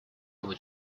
его